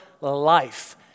life